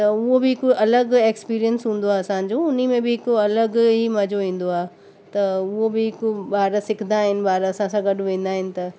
त उहो बि हिकु अलॻि एक्सपीरियंस हूंदो आहे असांजो उनमें हिकु अलॻि ई मजो ईंदो आहे त उहो बि हिकु ॿार सिखंदा आहिनि ॿार असां सां गॾु वेंदा आहिनि त